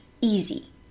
easy